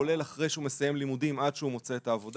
כולל אחרי הוא מסיים לימודים עד שהוא מוצא עבודה,